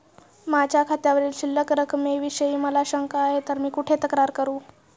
माझ्या खात्यावरील शिल्लक रकमेविषयी मला शंका आहे तर मी कुठे तक्रार करू?